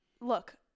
look